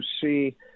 see